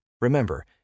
Remember